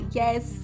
yes